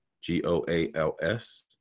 G-O-A-L-S